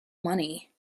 money